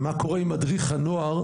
מה קורה עם מדריך הנוער?